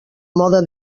mode